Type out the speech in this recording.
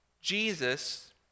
Jesus